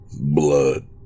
Blood